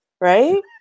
right